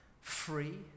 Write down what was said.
free